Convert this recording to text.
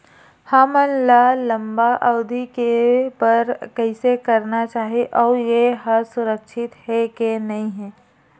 हमन ला लंबा अवधि के बर कइसे करना चाही अउ ये हा सुरक्षित हे के नई हे?